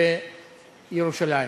בירושלים.